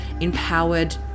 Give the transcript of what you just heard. empowered